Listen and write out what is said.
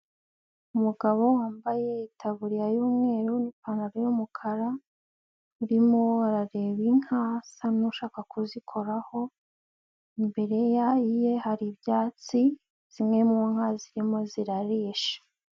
Amugabo wambaye taburiya y'umweru n'ipantaro y'umukara, urimo arareba inka asa n'ushaka kuzikoraho, imbere ye hari ibyatsi zimwe mu nka, zirimo zirarisha.